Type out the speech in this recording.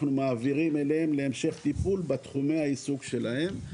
אנחנו מעבירים אליהם להמשך טיפול בתחומי העיסוק שלהם.